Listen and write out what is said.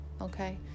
okay